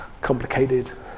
complicated